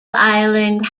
island